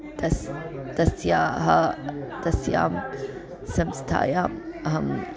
तस्याः तस्याः तस्यां संस्थायाम् अहं